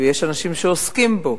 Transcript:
שיש אנשים שעוסקים בו,